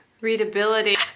Readability